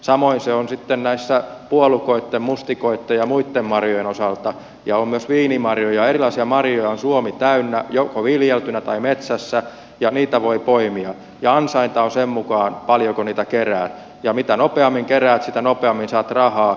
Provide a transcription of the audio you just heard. samoin se on sitten puolukoitten mustikoitten ja muitten marjojen osalta ja on myös viinimarjoja erilaisia marjoja on suomi täynnä joko viljeltyinä tai metsässä ja niitä voi poimia ja ansainta on sen mukaan paljonko niitä kerää ja mitä nopeammin keräät sitä nopeammin saat rahaa